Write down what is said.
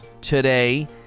today